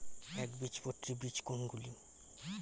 একবীজপত্রী বীজ কোন গুলি?